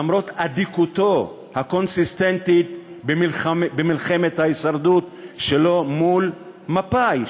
למרות אדיקותו הקונסיסטנטית במלחמת ההישרדות שלו מול מפא"י,